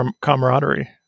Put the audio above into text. camaraderie